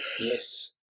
Yes